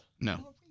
No